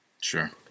Sure